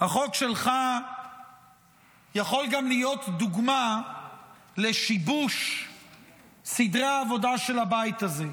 החוק שלך יכול גם להיות דוגמה לשיבוש סדרי העבודה של הבית הזה,